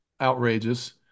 outrageous